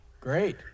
Great